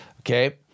okay